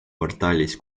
portaalis